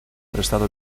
prestado